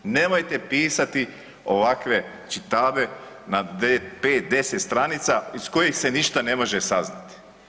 Nemojte pisati ovakve čitabe na 5, 10 stranica iz kojih se ništa ne može saznati.